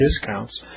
discounts